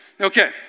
Okay